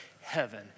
heaven